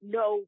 no